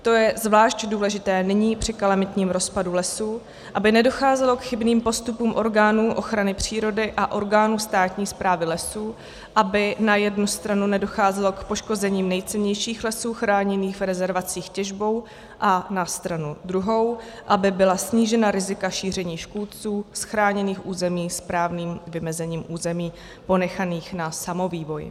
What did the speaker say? To je zvlášť důležité nyní při kalamitním rozpadu lesů, aby nedocházelo k chybným postupům orgánu ochrany přírody a orgánu státní správy lesů, aby na jednu stranu nedocházelo k poškození nejcennějších lesů chráněných v rezervacích těžbou a na stranu druhou aby byla snížena rizika šíření škůdců z chráněných území správným vymezením území ponechaných na samovývoj.